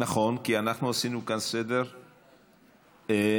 עכשיו הצבענו על הצעתה של חברת הכנסת מירב בן ארי.